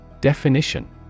Definition